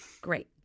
Great